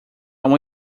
uma